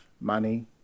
money